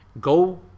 go